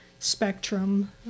Spectrum